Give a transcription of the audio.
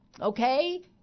okay